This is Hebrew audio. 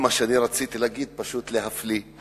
שרציתי להגיד, פשוט, להפליא.